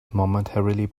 momentarily